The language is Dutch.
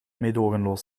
meedogenloos